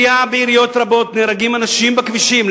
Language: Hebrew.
בעיריות רבות נהרגים אנשים בכבישים.